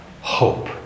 hope